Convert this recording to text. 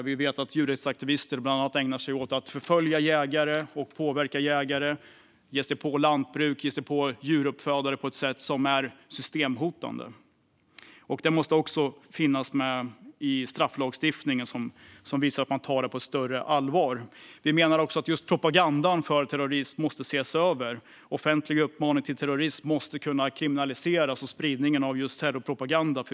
Vi vet att djurrättsaktivister bland annat ägnar sig åt att förfölja och påverka jägare och ge sig på lantbruk och djuruppfödare på ett sätt som är systemhotande. Detta måste också finnas med i strafflagstiftningen så att man visar att det tas på större allvar. Vi menar också att lagstiftningen gällande terrorpropaganda måste ses över. Offentliga uppmaningar till terrorism måste kunna kriminaliseras, liksom spridning av terrorpropaganda.